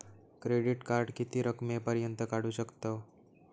Credit card किती रकमेपर्यंत काढू शकतव?